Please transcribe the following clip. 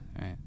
Right